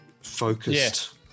focused